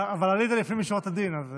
אבל עלית לפנים משורת הדין, אז